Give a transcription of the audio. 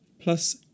plus